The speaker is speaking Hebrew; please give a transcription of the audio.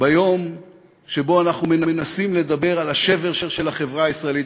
ביום שבו שאנחנו מנסים לדבר על השבר של החברה הישראלית.